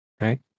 right